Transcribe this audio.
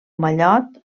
mallot